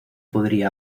podría